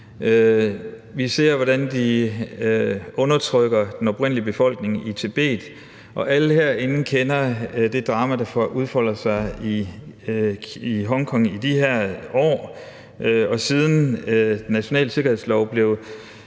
Vi ser, hvordan de undertrykker den oprindelige befolkning i Tibet, og alle herinde kender det drama, der udfolder sig i Hongkong i de her år. Siden den nationale sikkerhedslov blev